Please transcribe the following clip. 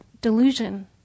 delusion